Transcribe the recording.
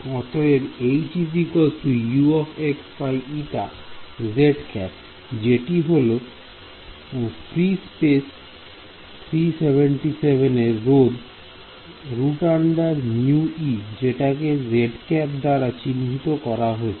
অতএব H Uηzˆ যেটি হল যেটি হল ফ্রি স্পেস ফ্রি স্পেস 377 এর রোধ √με যেটাকে zˆ দাঁড়া চিহ্নিত করা হচ্ছে